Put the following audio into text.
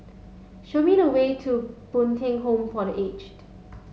show me the way to Bo Tien Home for the Aged